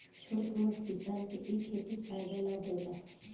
छोट मोट किसान के इ खेती फायदा ना देला